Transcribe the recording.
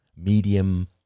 Medium